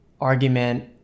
argument